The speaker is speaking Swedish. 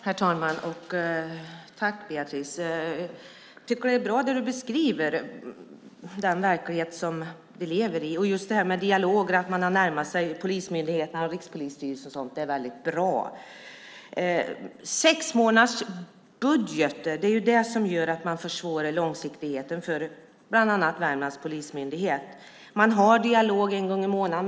Herr talman! Tack, Beatrice! Jag tycker att det är en bra beskrivning av den verklighet som vi lever i. Och just detta med dialoger, att polismyndigheterna och Rikspolisstyrelsen har närmat sig varandra, är väldigt bra. Sexmånadersbudget är det som försvårar långsiktigheten för bland annat Värmlands polismyndighet. Man har en dialog en gång i månaden.